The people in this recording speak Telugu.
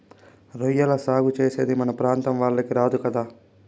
రొయ్యల సాగు చేసేది మన ప్రాంతం వాళ్లకి రాదు కదా